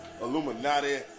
Illuminati